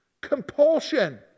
Compulsion